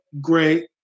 great